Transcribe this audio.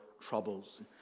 Troubles